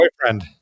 boyfriend